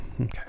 Okay